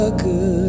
good